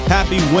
Happy